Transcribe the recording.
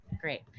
Great